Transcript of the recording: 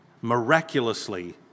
miraculously